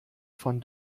von